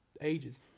ages